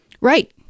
Right